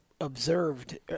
observed